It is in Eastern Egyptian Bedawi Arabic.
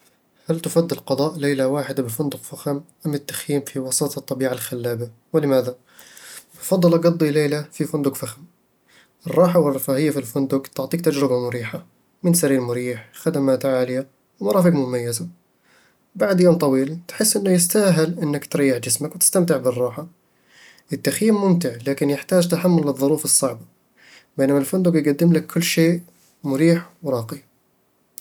هل تفضل قضاء ليلة واحدة بفندق فخم أم التخييم في وسط الطبيعة الخلابة؟ ولماذا؟ بفضّل اقضي ليلة في فندق فخم الراحة والرفاهية في الفندق تعطيك تجربة مريحة، من سرير مريح، خدمات عالية، ومرافق مميزة بعد يوم طويل، تحس إنه يستاهل أنك تريح جسمك وتستمتع بالراحة. التخييم ممتع لكن يحتاج تحمل للظروف الصعبة، بينما الفندق يقدم لك كل شي، مريح، وراقي